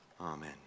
amen